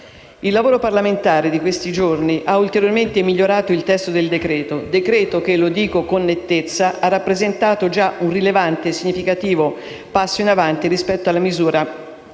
Il lavoro parlamentare di questi giorni ha ulteriormente migliorato il testo del decreto-legge, che - lo dico con nettezza - ha rappresentato già un rilevante, significativo passo in avanti rispetto alla misura